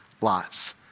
lots